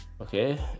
okay